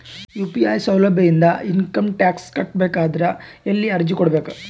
UPI ಸೌಲಭ್ಯ ಇಂದ income tax ಕಟ್ಟಬೇಕಾದರ ಎಲ್ಲಿ ಅರ್ಜಿ ಕೊಡಬೇಕು?